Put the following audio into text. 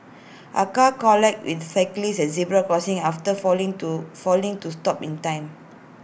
A car collided with cyclist at A zebra crossing after failing to failing to stop in time